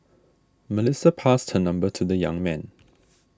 Melissa passed her number to the young man